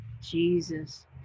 Jesus